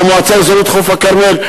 במועצה אזורית חוף-הכרמל,